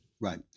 Right